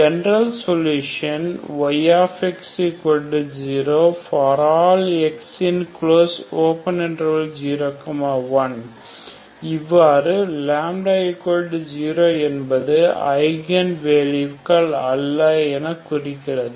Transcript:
general solution y0 ∀ x∈01 இவ்வாறு λ0 என்பது eigen வேல்யூகள் அல்ல எனக் குறிக்கிறது